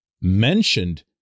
mentioned